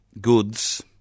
goods